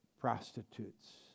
prostitutes